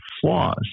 flaws